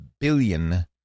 billion